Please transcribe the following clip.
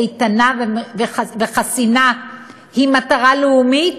איתנה וחסינה הוא מטרה לאומית,